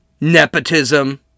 nepotism